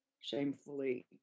shamefully